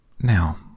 Now